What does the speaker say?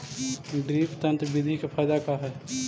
Drip तन्त्र बिधि के फायदा का है?